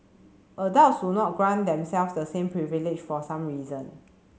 adults do not grant themselves the same privilege for some reason